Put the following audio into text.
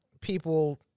people